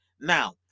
now